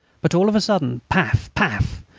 but all of a sudden paf! paf!